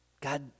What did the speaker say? God